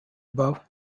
above